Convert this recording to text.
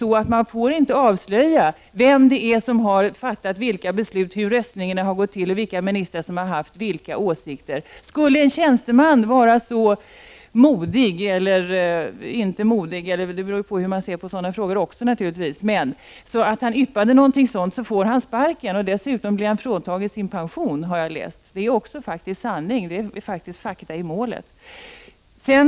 Man får faktiskt inte avslöja vem som har fattat vilka beslut, hur röstningarna har gått till och vilka ministrar som har haft vilka åsikter. Skulle en tjänsteman vara så modig — hur man skall beskriva det beror naturligtvis på hur man ser på saken — att han yppar något sådant får han sparken. Dessutom blir han enligt vad jag har läst fråntagen sin pension. Det är fakta i målet.